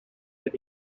that